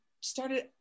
started